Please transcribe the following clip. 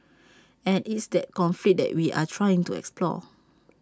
and it's that conflict that we are trying to explore